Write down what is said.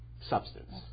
substance